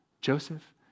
Joseph